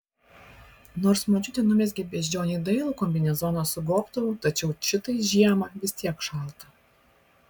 nors močiutė numezgė beždžionei dailų kombinezoną su gobtuvu tačiau čitai žiemą vis tiek šalta